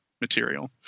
material